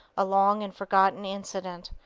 a long and forgotten incident,